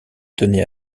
tenait